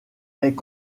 est